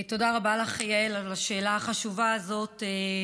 תודה רבה לך, יעל, על השאלה החשובה הזאת.